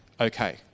okay